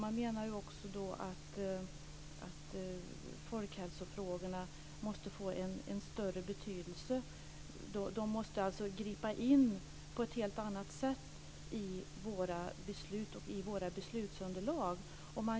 Man menar att folkhälsofrågorna måste få en större betydelse, att de på ett helt annat sätt måste gripa in i våra beslut och i våra beslutsunderlag.